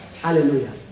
Hallelujah